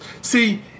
See